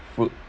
food